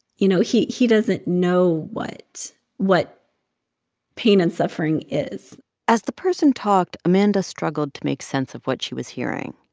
you know, he he doesn't know what pain pain and suffering is as the person talked, amanda struggled to make sense of what she was hearing.